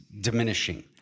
diminishing